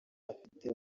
afite